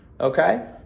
okay